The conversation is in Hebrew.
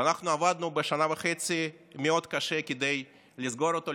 ואנחנו עבדנו בשנה וחצי מאוד קשה כדי לסגור אותו,